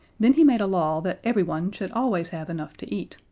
then he made a law that everyone should always have enough to eat.